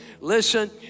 listen